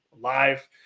live